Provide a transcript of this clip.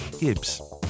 Gibbs